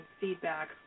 feedback